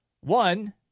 One